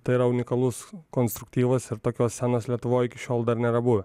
tai yra unikalus konstruktyvas ir tokios scenos lietuvoj iki šiol dar nėra buvę